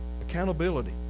Accountability